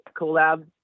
collab